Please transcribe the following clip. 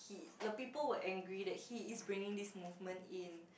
the people were angry that he is bringing this movement in